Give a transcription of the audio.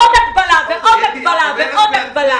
עוד הגבלה ועוד הגבלה ועוד הגבלה.